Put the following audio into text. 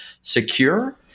secure